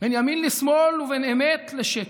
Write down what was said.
בין ימין לשמאל ובין אמת לשקר,